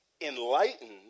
enlightened